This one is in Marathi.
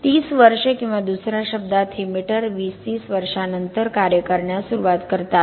30 वर्षे किंवा दुसऱ्या शब्दांत हे मीटर 20 30 वर्षांनंतर कार्य करण्यास सुरवात करतात